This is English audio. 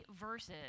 verses